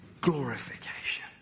glorification